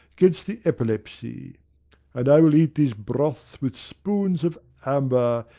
gainst the epilepsy and i will eat these broths with spoons of amber,